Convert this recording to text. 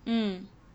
mm